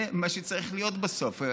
זה מה שצריך להיות בסוף.